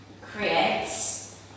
creates